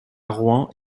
rouen